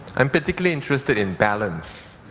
i'm particularly interested in balance.